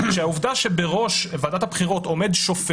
שהעובדה שבראש ועדת הבחירות עומד שופט,